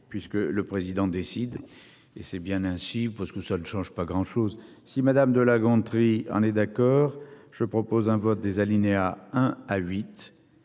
puisque le président décide et c'est bien ainsi. Parce que ça ne change pas grand chose, si madame de La Gontrie en est d'accord, je propose un vote des alinéas hein